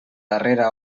darrera